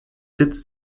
sitz